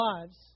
lives